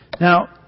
Now